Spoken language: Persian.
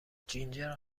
جینجر